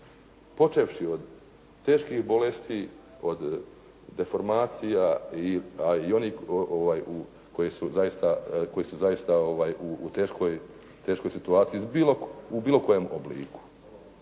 Počevši od teških bolesti, od deformacija a i onih koje su zaista, koje su zaista u teškoj situaciji u bilo kojem obliku.